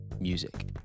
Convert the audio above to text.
music